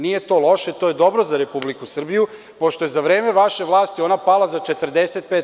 Nije to loše, to je dobro za Republiku Srbiju, pošto je za vreme vaše vlasti ona pala za 45%